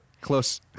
Close